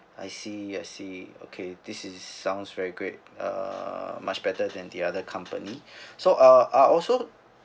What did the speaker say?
I see I see okay this is sounds very great err much better than the other company so uh I also